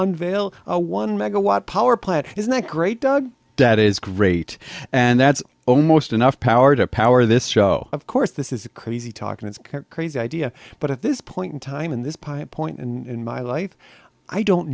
unveil a one megawatt power plant is that great doug that is great and that's almost enough power to power this show of course this is a crazy talk and it's crazy idea but at this point in time in this pipe point in my life i don't